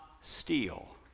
steal